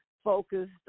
focused